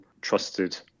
trusted